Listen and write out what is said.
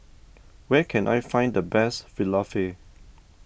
where can I find the best Falafel